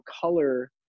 color